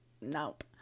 Nope